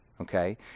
okay